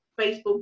Facebook